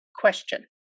question